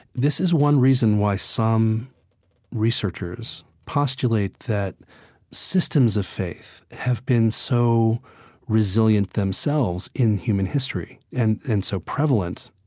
this is one reason why some researchers postulate that systems of faith have been so resilient themselves in human history, and and so prevalent,